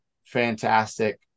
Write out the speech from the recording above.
fantastic